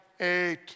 eight